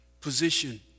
position